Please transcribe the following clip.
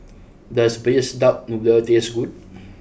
does Braised Duck Noodle taste good